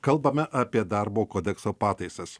kalbame apie darbo kodekso pataisas